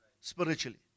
spiritually